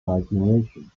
narration